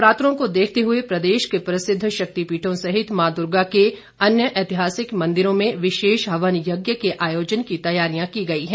नवरात्रों को देखते हुए प्रदेश के प्रसिद्ध शक्तिपीठों सहित मां दुर्गा के अन्य ऐतिहासिक मंदिरों में विशेष हवन यज्ञ के आयोजन की तैयारियां की गई हैं